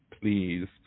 Please